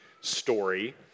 story